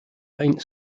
paint